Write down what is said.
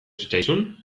zitzaizun